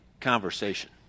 conversation